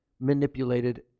manipulated